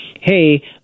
Hey